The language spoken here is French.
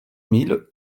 mille